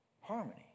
Harmony